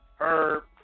herb